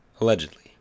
Allegedly